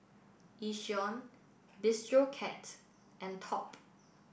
Yishion Bistro Cat and Top